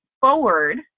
forward